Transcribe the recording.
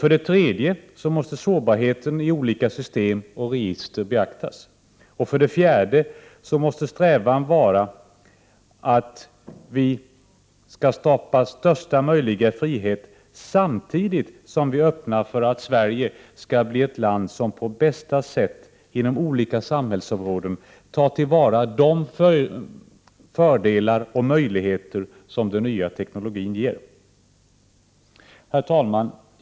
För det tredje måste sårbarheten i olika system och register beaktas. För det fjärde måste strävan vara att vi skall skapa största möjliga frihet och samtidigt öppna möjligheten att Sverige skall bli ett land som på bästa sätt inom olika samhällsområden tar till vara de fördelar och möjligheter som den nya teknologin ger. Herr talman!